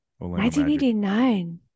1989